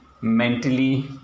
mentally